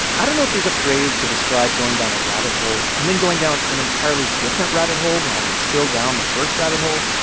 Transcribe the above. i don't know if there's a phrase to describe going down a rabbit hole and then going down an entirely different rabbit hole while you're still down the first rabbit hole.